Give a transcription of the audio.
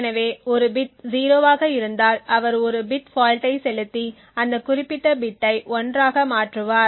எனவே ஒரு பிட் 0 ஆக இருந்தால் அவர் ஒரு பிட் ஃபால்ட்டை செலுத்தி அந்த குறிப்பிட்ட பிட்டை 1 ஆக மாற்றுவார்